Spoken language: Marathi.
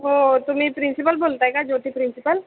हो तुम्ही प्रिन्सिपल बोलत आहे का ज्योती प्रिन्सिपल